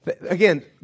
again